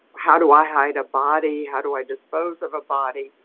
how do i hide a body? how do i dispose of a body?